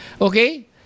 okay